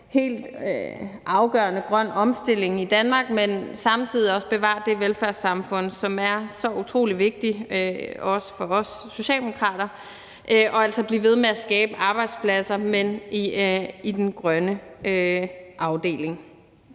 helt afgørende grøn omstilling i Danmark, men samtidig også bevare det velfærdssamfund, som er så utrolig vigtigt, også for os socialdemokrater, og altså blive ved med at skabe arbejdspladser, men i den grønne afdeling.